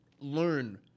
learn